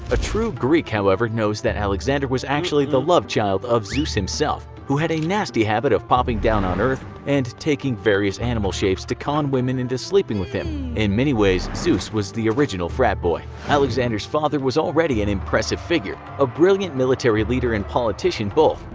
a true greek however knows that alexander was actually the love child of zeus himself, who had a nasty habit of popping down to earth and taking various animal shapes to con women into sleeping with him. in many ways, zeus was the original frat boy. alexander's father was already an impressive figure a brilliant military leader and politician both.